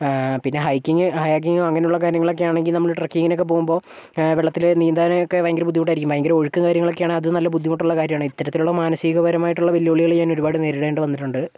പിന്നെ ഹൈക്കിങ്ങ് ഹൈക്കിങ്ങോ അങ്ങനെയുള്ള കാര്യങ്ങളൊക്കെയാണെങ്കിൽ നമ്മൾ ട്രക്കിങ്ങിന് ഒക്കെ പോകുമ്പോൾ വെള്ളത്തില് നീന്താൻ ഒക്കെ ഭയങ്കര ബുദ്ധിമുട്ടായിരിക്കും ഭയങ്കര ഒഴുക്കും കാര്യങ്ങളും ഒക്കെയാണ് അത് നല്ല ബുദ്ധിമുട്ടുള്ള കാര്യമാണ് ഇത്തരത്തിലുള്ള മാനസികപരമായിട്ടുള്ള വെല്ലുവിളികൾ ഞാൻ ഒരുപാട് നേരിടേണ്ടി വന്നിട്ടുണ്ട്